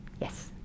Yes